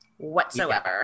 Whatsoever